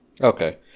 Okay